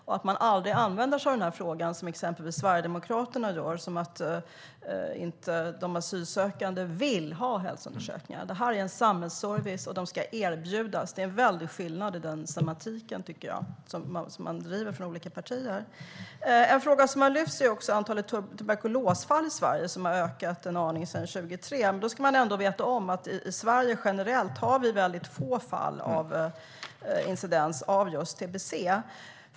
Man använder sig heller aldrig av den här frågan på det sätt som exempelvis Sverigedemokraterna gör när de menar de asylsökande inte vill ha hälsoundersökningar. Detta är en samhällsservice som de ska erbjudas. Det är en väldig skillnad på semantiken, tycker jag, och hur den drivs från olika partier. En fråga som har lyfts fram är också antalet tuberkulosfall i Sverige som har ökat en aning sedan 2003. Då ska man ändå veta att i Sverige har vi generellt väldigt få fall och incidens av tbc.